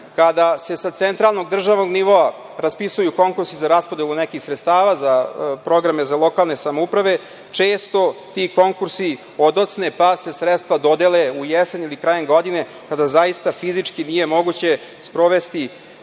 kada se sa centralnog državnog nivoa raspisuju konkursi za raspodelu nekih sredstava za programe za lokalne samouprave često ti konkursi odocne, pa se sredstva dodele u jesen ili krajem godine, kada zaista fizički nije moguće sprovesti